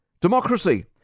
democracy